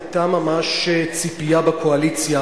היתה ממש ציפייה בקואליציה,